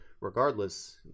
regardless